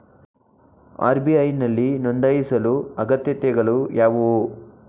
RBI ನಲ್ಲಿ ನೊಂದಾಯಿಸಲು ಅಗತ್ಯತೆಗಳು ಯಾವುವು?